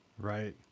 Right